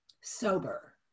sober